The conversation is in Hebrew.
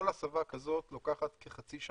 כל הסבה כזאת לוקחת כחצי שנה.